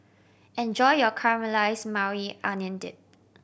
enjoy your Caramelized Maui Onion Dip